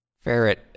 ferret